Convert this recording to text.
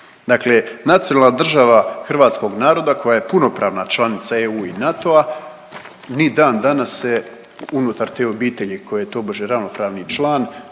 Dakle, nacionalna država hrvatskog naroda koja je puno pravna članica EU i NATO-a ni dan danas se unutar te obitelji koje je tobože ravnopravni član